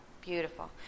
beautiful